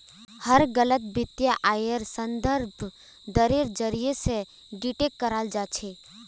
हर गलत वित्तीय आइर संदर्भ दरेर जरीये स डिटेक्ट कराल जा छेक